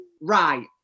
Right